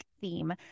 theme